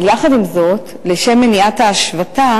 אבל יחד עם זאת, לשם מניעת ההשבתה,